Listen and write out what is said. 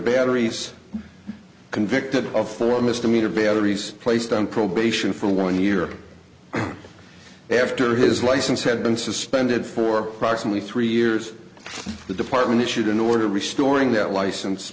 batteries convicted of four misdemeanor batteries placed on probation for one year after his license had been suspended for roxanne we three years the department issued an order restoring that license